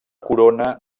corona